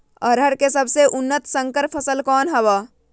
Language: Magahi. अरहर के सबसे उन्नत संकर फसल कौन हव?